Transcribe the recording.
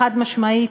חד-משמעית,